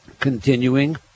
Continuing